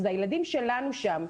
זה הילדים שלנו שם.